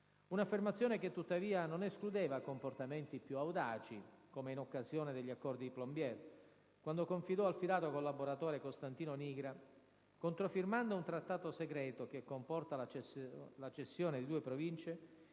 un'affermazione che tuttavia non escludeva comportamenti più audaci, come in occasione degli accordi di Plombières, quando confidò al fidato collaboratore Costantino Nigra: «Controfirmando un trattato segreto che comporta la cessione di due province,